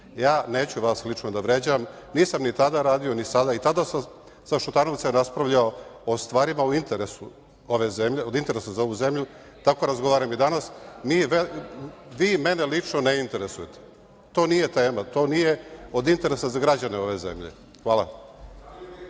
Ja neću vas lično da vređam. Nisam ni tada radio, ni sada. I tada sam sa Šutanovcem raspravljao o stvarima od interesa za ovu zemlju, tako razgovaram i danas. Vi mene lično ne interesujete. To nije tema. To nije od interesa za građane ove zemlje. Hvala.